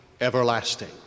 everlasting